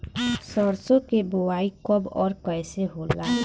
सरसो के बोआई कब और कैसे होला?